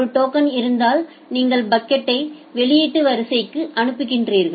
ஒரு டோக்கன் இருந்தால் நீங்கள் பாக்கெட்டை வெளியீட்டு வரிசைக்கு அனுப்புகிறீர்கள்